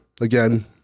again